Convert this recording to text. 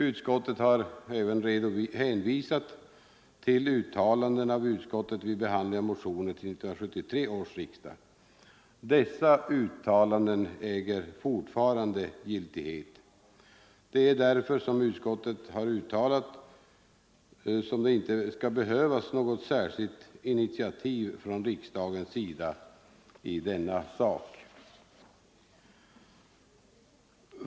Utskottet har även hänvisat till uttalanden som gjordes vid behandling av motioner till 1973 års riksdag. Dessa uttalanden äger fortfarande giltighet. Det är därför utskottet anser att det inte skall behövas något särskilt initiativ från riksdagens sida i denna sak.